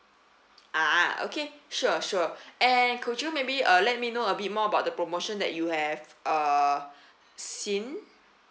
ah okay sure sure and could you maybe uh let me know a bit more about the promotion that you have uh seen